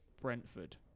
Brentford